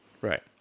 Right